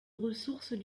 ressources